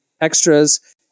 extras